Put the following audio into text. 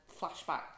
flashback